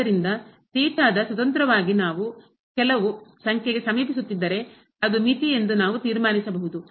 ಆದ್ದರಿಂದ ಥೀಟಾದ ಸ್ವತಂತ್ರವಾಗಿ ನಾವು ಕೆಲವು ಸಂಖ್ಯೆಗೆ ಸಮೀಪಿಸುತ್ತಿದ್ದರೆ ಅದು ಮಿತಿ ಎಂದು ನಾವು ತೀರ್ಮಾನಿಸಬಹುದು